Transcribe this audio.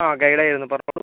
ആ ഗൈഡ് ആയിരുന്നു പറഞ്ഞോളൂ